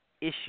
issue